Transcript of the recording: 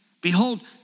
Behold